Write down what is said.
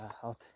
health